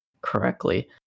correctly